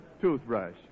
toothbrush